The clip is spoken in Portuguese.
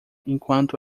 enquanto